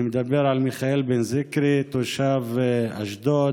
אני מדבר על מיכאל בן זיקרי, תושב אשדוד,